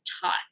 taught